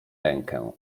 rękę